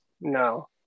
No